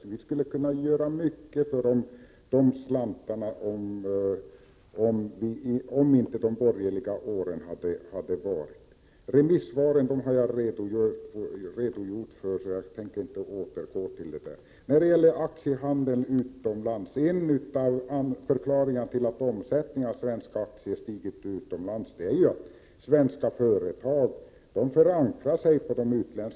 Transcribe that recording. Vi skulle således ha kunnat göra mycket för de här slantarna om vi inte hade haft de borgerliga åren. Jag har redan redogjort för remissvaren, så dem tänker jag inte återgå till. Sedan till aktiehandeln utomlands. En av förklaringarna till att omsättningen stigit i fråga om svenska aktier utomlands är ju att svenska företag förankrar sig på börsen utomlands.